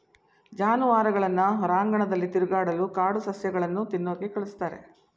ಜಾನುವಾರುಗಳನ್ನ ಹೊರಾಂಗಣದಲ್ಲಿ ತಿರುಗಾಡಲು ಕಾಡು ಸಸ್ಯಗಳನ್ನು ತಿನ್ನೋಕೆ ಕಳಿಸ್ತಾರೆ